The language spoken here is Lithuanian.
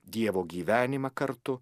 dievo gyvenimą kartu